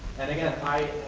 and again, i